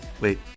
wait